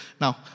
Now